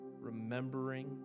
Remembering